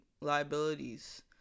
liabilities